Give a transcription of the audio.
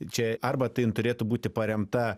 čia arba tai turėtų būti paremta